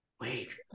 Wait